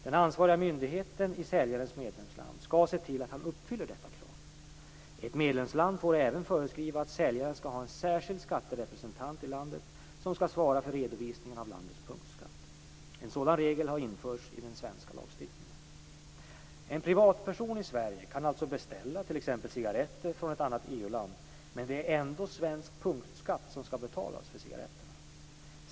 Den ansvariga myndigheten i säljarens medlemsland skall se till att han uppfyller detta krav. Ett medlemsland får även föreskriva att säljaren skall ha en särskild skatterepresentant i landet som skall svara för redovisningen av landets punktskatt. En sådan regel har införts i den svenska lagstiftningen. En privatperson i Sverige kan alltså beställa t.ex. cigaretter från ett annat EU-land, men det är ändå svensk punktskatt som skall betalas för cigaretterna.